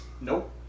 Nope